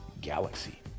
galaxy